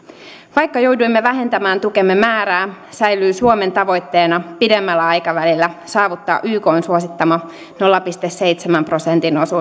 vaikka jouduimme vähentämään tukemme määrää säilyi suomen tavoitteena pidemmällä aikavälillä saavuttaa ykn suosittama nolla pilkku seitsemän prosentin